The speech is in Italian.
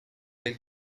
del